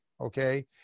okay